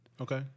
Okay